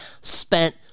spent